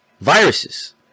viruses